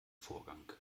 vorgang